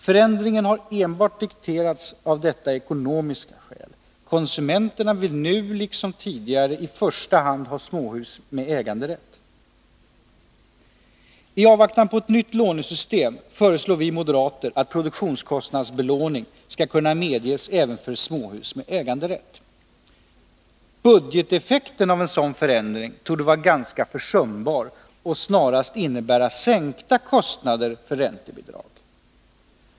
Förändringen har enbart dikterats av detta ekonomiska skäl. Konsumenterna vill nu liksom tidigare i första hand ha småhus med äganderätt. I avvaktan på ett nytt lånesystem föreslår vi moderater att produktionskostnadsbelåning skall kunna medges även för småhus med äganderätt. Budgeteffekten av en sådan förändring torde vara ganska försumbar och snarast innebära en sänkning av kostnaderna för räntebidrag.